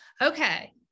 Okay